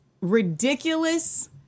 ridiculous